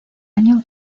año